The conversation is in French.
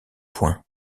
point